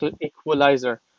equalizer